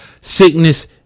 sickness